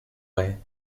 way